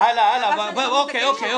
אוקיי.